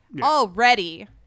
already